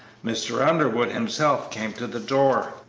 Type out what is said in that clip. mr. underwood himself came to the door.